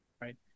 right